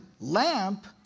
lamp